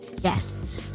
yes